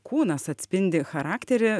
kūnas atspindi charakterį